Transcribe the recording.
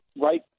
right